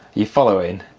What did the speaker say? you following?